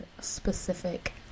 specific